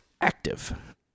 active